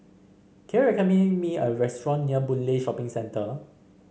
can you recommend me a restaurant near Boon Lay Shopping Centre